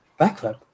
Backflip